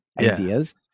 ideas